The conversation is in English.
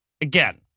Again